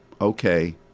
okay